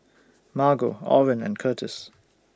Margo Oren and Kurtis